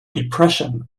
depression